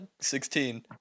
16